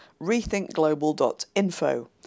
rethinkglobal.info